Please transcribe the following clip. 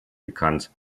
bekannt